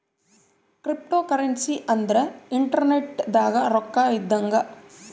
cryptocurrency ಅಂದ್ರ internet ದಾಗ ರೊಕ್ಕ ಇದ್ದಂಗ